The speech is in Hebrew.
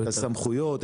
-- הסמכויות,